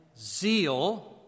zeal